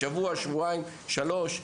שבוע, שבועיים, שלושה?